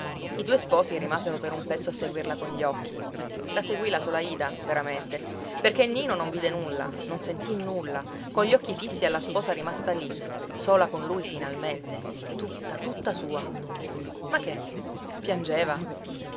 i due sposi rimasero per un pezzo a seguirla con gli occhi la seguì la sola ida veramente perché nino non vide nulla non sentì nulla con gli occhi fissi alla sposa rimasta lì sola con lui finalmente tutta tutta sua ma che piangeva